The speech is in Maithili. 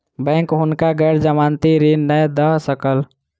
बैंक हुनका गैर जमानती ऋण नै दय सकल